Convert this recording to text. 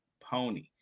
pony